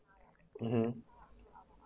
mmhmm